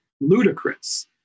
ludicrous